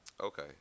Okay